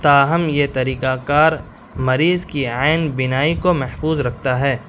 تاہم یہ طریقہ کار مریض کی عین بینائی کو محفوظ رکھتا ہے